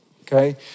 Okay